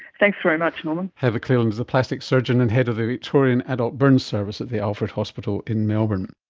thanks very much norman. heather cleland is a plastic surgeon and head of the victorian adult burns service at the alfred hospital in melbourne